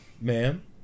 Ma'am